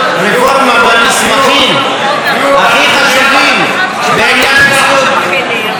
רפורמה במסמכים הכי חשובים בעניין ציוד,